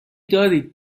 دارید